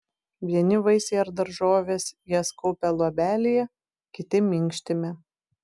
vieni vaisiai ar daržovės jas kaupia luobelėje kiti minkštime